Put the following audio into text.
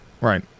Right